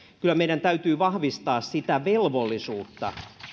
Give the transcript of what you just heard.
kyllä meidän täytyy vahvistaa sitä velvollisuutta